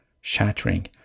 shattering